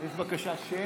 יש בקשה של